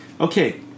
okay